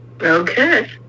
Okay